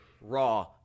Raw